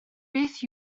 beth